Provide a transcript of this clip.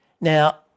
Now